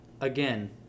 again